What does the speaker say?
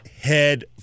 head